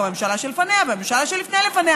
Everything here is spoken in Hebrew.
גם הממשלה שלפניה והממשלה שלפני-לפניה